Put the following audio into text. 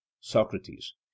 socrates